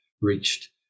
reached